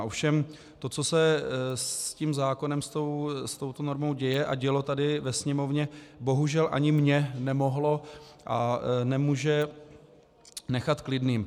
Ovšem to, co se s tím zákonem, s touto normou dělo a děje tady ve Sněmovně, bohužel ani mě nemohlo a nemůže nechat klidným.